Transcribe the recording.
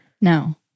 No